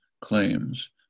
claims